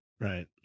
right